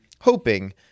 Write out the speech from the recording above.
hoping